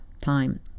time